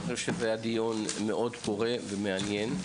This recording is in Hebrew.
אני חושב שזה היה דיון מאוד פורה ומעניין,